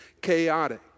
chaotic